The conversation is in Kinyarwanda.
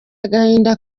agahinda